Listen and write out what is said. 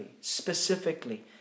specifically